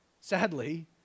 Sadly